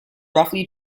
roughly